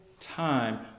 time